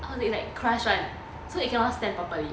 it's like crushed [one] so it cannot stand properly